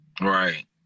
Right